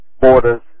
Borders